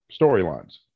storylines